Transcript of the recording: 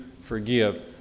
forgive